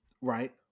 Right